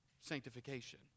sanctification